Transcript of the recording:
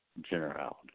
generality